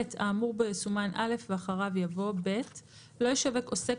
האמור בו יסומן "(א)" ואחריו יבוא: "(ב)לא ישווק עוסק